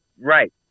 Right